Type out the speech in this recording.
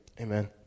Amen